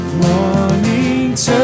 Morning